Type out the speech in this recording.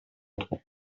trois